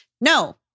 No